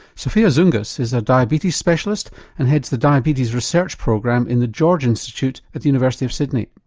sophia zoungas is a diabetes specialist and heads the diabetes research program in the george institute at the university of sydney.